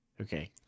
Okay